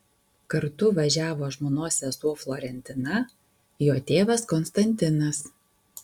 kartu važiavo žmonos sesuo florentina jo tėvas konstantinas